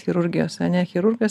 chirurgijos ane chirurgas